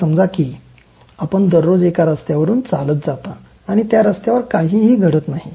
असे समजा की आपण दररोज एका रस्त्यावरून चालत जाता आणि त्या रस्त्यावर काहीही घडत नाही